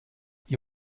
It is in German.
ihr